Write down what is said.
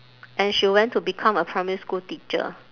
and she went to become a primary school teacher